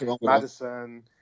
Madison